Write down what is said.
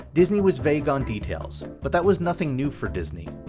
disney was vague on details but that was nothing new for disney.